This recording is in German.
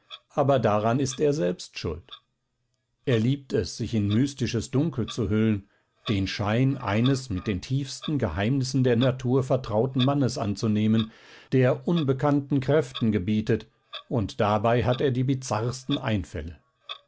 aber daran ist er selbst schuld er liebt es sich in mystisches dunkel zu hüllen den schein eines mit den tiefsten geheimnissen der natur vertrauten mannes anzunehmen der unbekannten kräften gebietet und dabei hat er die bizarrsten einfälle